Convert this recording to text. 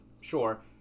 sure